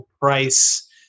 price